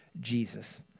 Jesus